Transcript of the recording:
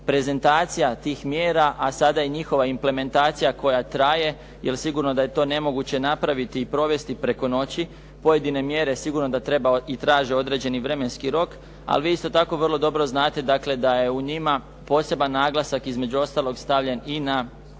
prezentacija tih mjera a sada i njihova implementacija koja traje jer sigurno da je to nemoguće napraviti i provesti preko noći. Pojedine mjere sigurno da treba i traže određeni vremenski rok ali vi isto tako vrlo dobro znate dakle da je u njima poseban naglasak između ostalog stavljen i na